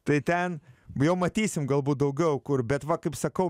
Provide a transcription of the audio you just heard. tai ten jau matysim galbūt daugiau kur bet va kaip sakau